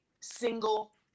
single